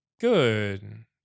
Good